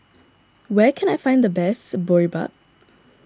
where can I find the best Boribap